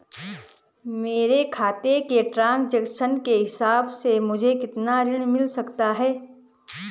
मेरे खाते के ट्रान्ज़ैक्शन के हिसाब से मुझे कितना ऋण मिल सकता है?